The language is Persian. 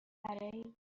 برای